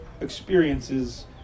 experiences